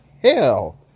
hell